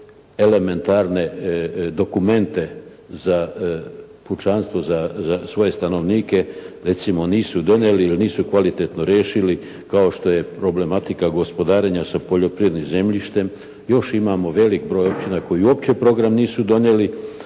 elementarne dokumente za pučanstvo za svoje stanovnike recimo nisu donijeli, jer nisu kvalitetno riješili kao što je problematika gospodarenja sa poljoprivrednim zemljištem. Još imamo veliki problem općina koji uopće program nisu donijeli,